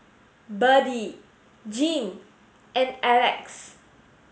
Berdie Jean and Alex